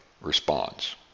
responds